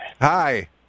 hi